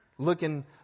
looking